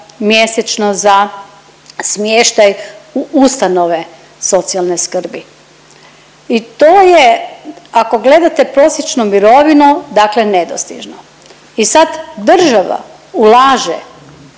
mjesečno za smještaj u ustanove socijalne skrbi i to je ako gledate prosječnu mirovinu dakle nedostižno i sad država ulaže